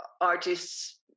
artists